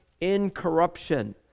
incorruption